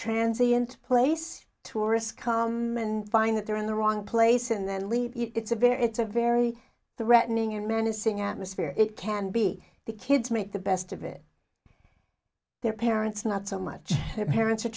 transience place to risk come and find that they're in the wrong place and then leave it's a very it's a very threatening and menacing atmosphere it can be the kids make the best of it their parents not so much parents are